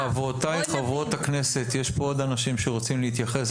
חברות הכנסת, יש כאן עוד אנשים שרוצים להתייחס.